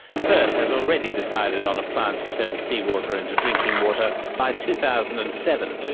perth has already decided on a plant to turn seawater into drinking water by two thousand and seven.